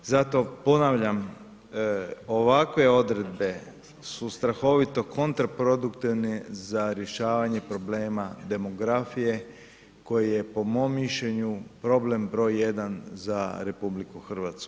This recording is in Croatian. Zato ponavljam, ovakve odredbe su strahovito kontraproduktivne za rješavanje problema demografije koja je po mom mišljenju problem broj jedan za RH.